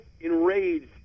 enraged